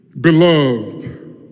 beloved